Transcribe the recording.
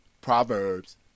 Proverbs